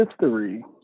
history